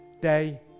day